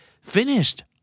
finished